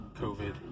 COVID